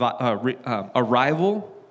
arrival